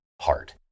heart